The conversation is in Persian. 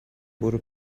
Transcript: برو